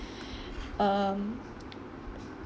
um